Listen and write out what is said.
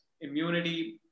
immunity